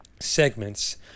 segments